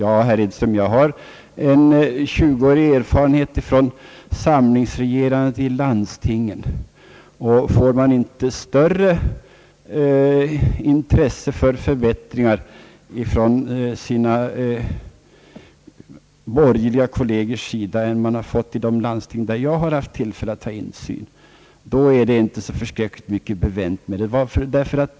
Ja, herr Edström, jag har en 20-årig erfarenbet från samlingsregerandet i landstingen, och visas det inte större intresse för förbättringar från de borgerliga kollegernas sida än som skett i de landsting där jag haft tillfälle till insyn, är det inte så mycket bevänt med samlingsregerandet.